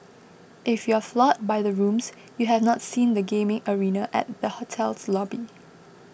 if you're floored by the rooms you have not seen the gaming arena at the hotel's lobby